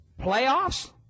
Playoffs